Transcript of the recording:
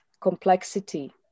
complexity